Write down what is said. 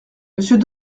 monsieur